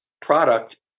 product